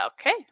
Okay